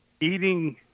eating